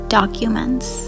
documents